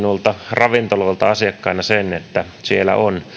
ravintoloilta asiakkaina sen että siellä on